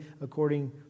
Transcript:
according